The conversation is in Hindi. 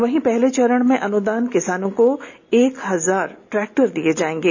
वहीं पहले चरण में अनुदान पर किसानों को एक हजार ट्रैक्टर दिये जायेंगे